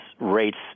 rates